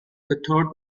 thought